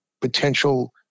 potential